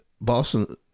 Boston